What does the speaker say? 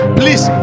please